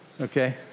Okay